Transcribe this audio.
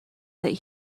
that